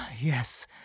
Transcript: Yes